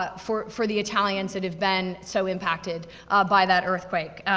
ah for for the italians that have been so impacted by that earthquake.